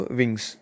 wings